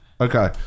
Okay